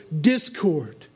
discord